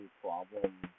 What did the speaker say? problem